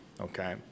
okay